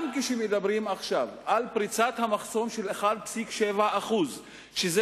גם כשמדברים עכשיו על פריצת המחסום של 1.7% שזה